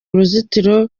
uruzitiro